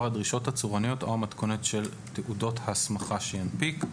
הדרישות הצורניות או המתכונת של תעודות הסמכה שינפיק.